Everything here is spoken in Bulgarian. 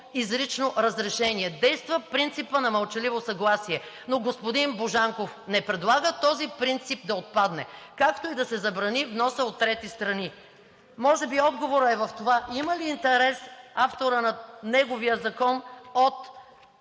изрично разрешение – действа принципът на мълчаливо съгласие, но господин Божанков не предлага този принцип да отпадне, както и да се забрани вносът от трети страни. Може би отговорът е в това – има ли интерес авторът на неговия закон от